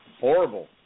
Horrible